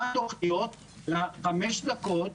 מה התוכניות לחמש דקות,